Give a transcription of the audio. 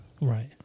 Right